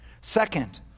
Second